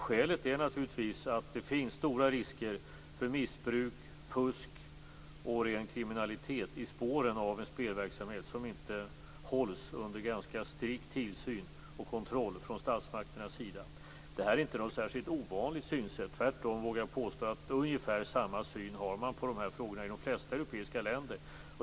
Skälet är naturligtvis att det finns stora risker för missbruk, fusk och ren kriminalitet i spåren av en spelverksamhet som inte hålls under ganska strikt tillsyn och kontroll från statsmakternas sida. Detta synsätt är inte särskilt ovanligt. Tvärtom vågar jag påstå att man har ungefär samma syn på dessa frågor i de flesta europeiska länder.